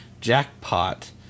jackpot